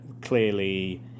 clearly